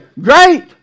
great